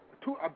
two